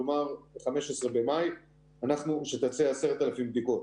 כלומר 15 במאי שתעשה 10,000 בדיקות.